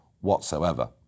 whatsoever